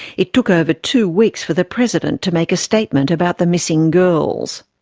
it took over two weeks for the president to make a statement about the missing girls.